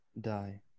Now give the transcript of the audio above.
die